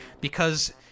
Because-